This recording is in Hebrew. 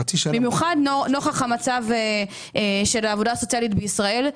חצי שנה --- במיוחד נוכח המצב של העבודה הסוציאלית בישראל,